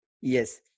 Yes